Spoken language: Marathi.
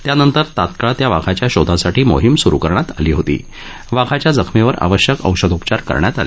त्यानंतर तात्काळ त्या वाघाच्या शोधासाठी मोहीम स्रू करण्यात आली होती वाघाच्या जखमेवर आवश्यक औषधोपचार करण्यात आले